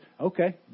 Okay